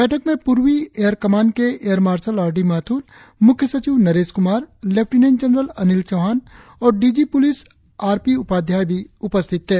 बैठक में पूर्वी एयर कमान के air marshal R D Mathur मुख्य सचिव नरेश कुमार लेफ्टिनेंट जनरल अनिल चौहान और DG police R P Upadhyay भी उपस्थित थे